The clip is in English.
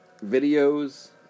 videos